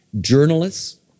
journalists